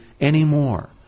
anymore